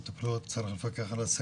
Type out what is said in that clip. צריך לפקח על המטפלות,